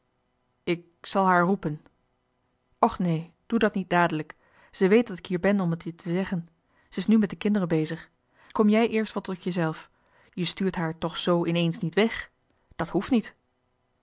och nee doe dat niet dadelijk ze weet dat ik hier ben om t je te zeggen ze is nu met de kinderen bezig kom jij eerst wat tot je zelf je stuurt haar toch zoo ineens niet weg dat hoeft niet